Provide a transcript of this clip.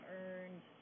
earned